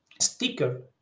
sticker